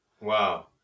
Wow